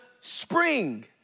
spring